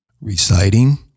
reciting